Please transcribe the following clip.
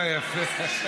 יפה.